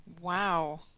Wow